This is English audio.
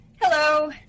Hello